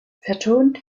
vertont